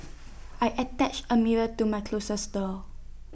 I attached A mirror to my closet door